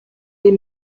des